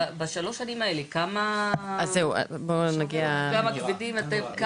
בשלוש שנים האלה, כמה כבדים אתם...